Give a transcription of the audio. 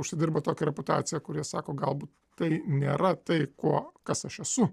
užsidirba tokią reputaciją kur jie sako galbūt tai nėra tai kuo kas aš esu